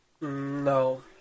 No